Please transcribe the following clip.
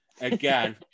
again